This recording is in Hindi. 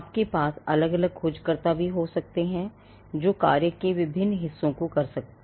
आपके पास अलग अलग खोजकर्ता भी हो सकते हैं जो कार्य के विभिन्न हिस्सों को कर रहे हैं